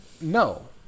no